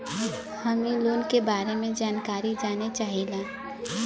हम इ लोन के बारे मे जानकारी जाने चाहीला?